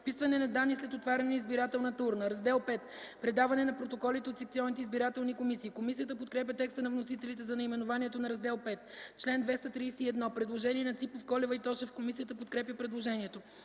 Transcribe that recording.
„Вписване на данни след отваряне на избирателната урна”. „Раздел V „Предаване на протоколите от секционните избирателни комисии”. Комисията подкрепя текста на вносителите за наименованието на Раздел V. Предложение на народните представители Ципов, Колева и Тошев за чл. 231. Комисията подкрепя предложението.